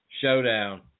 showdown